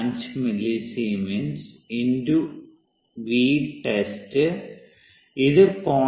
5 മില്ലിസീമെൻസ് × Vtest ഇത് 0